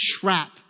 trap